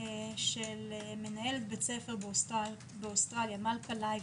של מנהלת בית ספר באוסטרליה, מלכה לייפר,